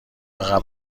عقب